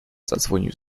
zadzwonił